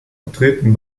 vertreten